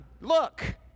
look